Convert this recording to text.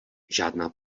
žádná